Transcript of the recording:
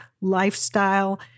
lifestyle